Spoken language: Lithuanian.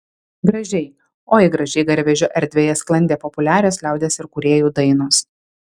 gražiai oi gražiai garvežio erdvėje sklandė populiarios liaudies ir kūrėjų dainos